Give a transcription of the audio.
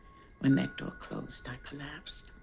when that door closed, i collapsed.